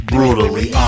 Brutally